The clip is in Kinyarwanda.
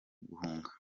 guhunga